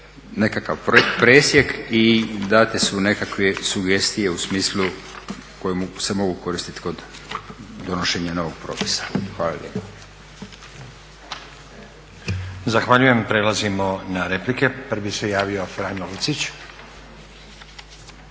nekakav presjek i date su nekakve sugestije u smislu koje se mogu koristit kod donošenja novog propisa. Hvala lijepa. **Stazić, Nenad (SDP)** Zahvaljujem. Prelazimo na replike. Prvi se javio Franjo Lucić.